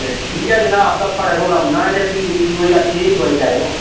ते ठीक ऐ जनाब थुआढ़े कोल औना ते फ्ही मिगी कोई अच्छी जेही दुआई देओ